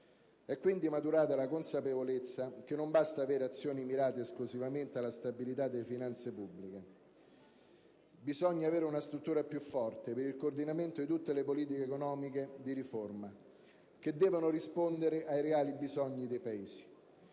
È quindi maturata la consapevolezza che non basta avere azioni mirate esclusivamente alla stabilità delle finanze pubbliche; occorre avere una struttura più forte per il coordinamento di tutte le politiche economiche di riforma, che devono rispondere ai reali bisogni dei Paesi,